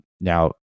Now